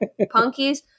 Punkies